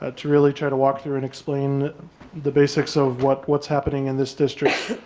ah to really try to walk through and explain the basics of what's what's happening in this district.